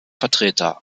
vertreter